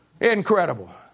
Incredible